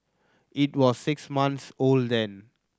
it was six months old then